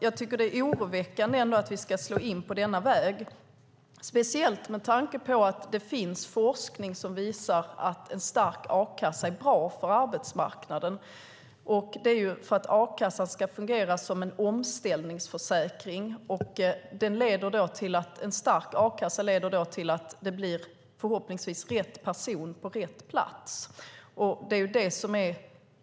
Jag tycker att det är oroväckande att vi ska slå in på denna väg, speciellt med tanke på att det finns forskning som visar att en stark a-kassa är bra för arbetsmarknaden eftersom a-kassan ska fungera som en omställningsförsäkring. En stark a-kassa leder då förhoppningsvis till att det blir rätt person på rätt plats. Det är så vi vill att arbetsmarknaden ska fungera.